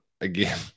again